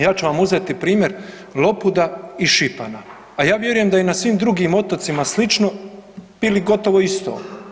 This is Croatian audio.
Ja ću vam uzeti primjer Lopuda i Šipana, a ja vjerujem da je i na svim drugim otocima slično ili gotovo isto.